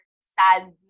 sad